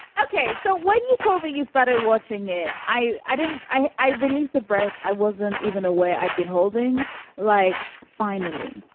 ok so what you told me you started watching it. i i didn't. i i released a breath. i wasn't even aware. i'd been holding like, finally,